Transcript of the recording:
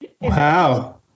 Wow